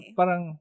parang